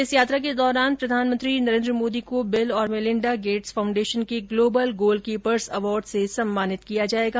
इस यात्रा के दौरान प्रधानमंत्री नरेन्द्र मोदी को बिल और मेलिंडा गेट्स फाउंडेशन के ग्लोबल गोलकीपर्स अवार्ड से सम्मानित किया जाएगा